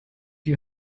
you